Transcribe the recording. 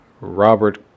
Robert